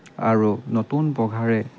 আৰু নতুন পঘাৰে